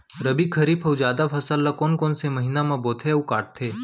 रबि, खरीफ अऊ जादा फसल ल कोन कोन से महीना म बोथे अऊ काटते?